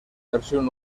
versión